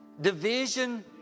division